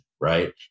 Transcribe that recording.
right